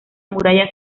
muralla